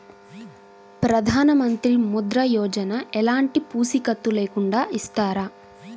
ప్రధానమంత్రి ముద్ర యోజన ఎలాంటి పూసికత్తు లేకుండా ఇస్తారా?